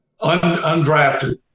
undrafted